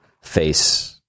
face